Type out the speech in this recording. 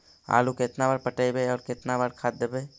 आलू केतना बार पटइबै और केतना बार खाद देबै?